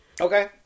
Okay